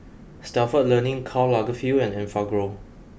Stalford Learning Karl Lagerfeld and Enfagrow